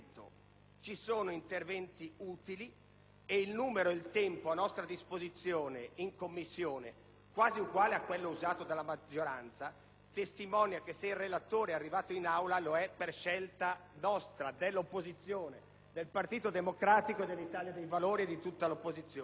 vi sono interventi utili: il numero ed il tempo a nostra disposizione in Commissione - quasi uguale a quello usato dalla maggioranza - testimoniano che il relatore, se è arrivato in Aula, lo è per scelta nostra, del Partito Democratico, dell'Italia dei Valori e di tutta l'opposizione,